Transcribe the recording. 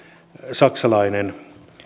saksalainen